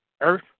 earth